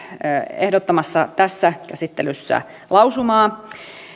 ehdottamassa tässä käsittelyssä lausumaa